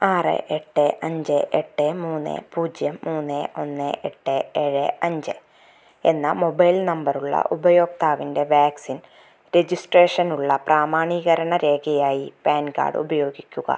ആറ് എട്ട് അഞ്ച് എട്ട് മൂന്ന് പൂജ്യം മൂന്ന് ഒന്ന് എട്ട് ഏഴ് അഞ്ച് എന്ന മൊബൈൽ നമ്പറുള്ള ഉപയോക്താവിൻ്റെ വാക്സിൻ രജിസ്ട്രേഷനുള്ള പ്രാമാണീകരണ രേഖയായി പാൻ കാർഡ് ഉപയോഗിക്കുക